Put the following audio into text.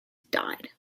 died